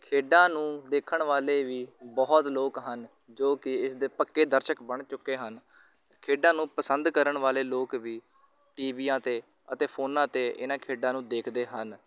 ਖੇਡਾਂ ਨੂੰ ਦੇਖਣ ਵਾਲੇ ਵੀ ਬਹੁਤ ਲੋਕ ਹਨ ਜੋ ਕਿ ਇਸ ਦੇ ਪੱਕੇ ਦਰਸ਼ਕ ਬਣ ਚੁੱਕੇ ਹਨ ਖੇਡਾਂ ਨੂੰ ਪਸੰਦ ਕਰਨ ਵਾਲੇ ਲੋਕ ਵੀ ਟੀਵੀਆਂ'ਤੇ ਅਤੇ ਫੋਨਾਂ 'ਤੇ ਇਹਨਾਂ ਖੇਡਾਂ ਨੂੰ ਦੇਖਦੇ ਹਨ